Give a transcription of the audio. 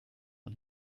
und